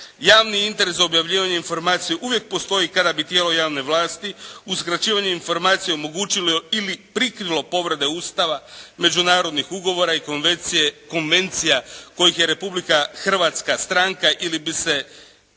javni interes za objavljivanje informacije uvijek postoji kada bi tijelo javne vlasti uskraćivanje informacije omogućilo ili prikrilo povrede Ustava, međunarodnih ugovora i konvencija kojih je Republika Hrvatska stranka ili bi se